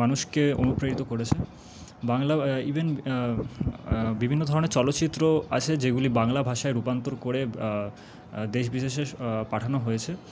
মানুষকে অনুপ্রাণিত করেছে বাংলা ইভেন বিভিন্ন ধরনের চলচ্চিত্রও আছে যেগুলি বাংলা ভাষায় রূপান্তর করে দেশ বিদেশে পাঠানো হয়েছে